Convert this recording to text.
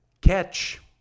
catch